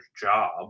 job